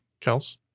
Kels